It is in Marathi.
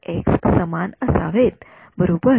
हे सर्व समान असावेत बरोबर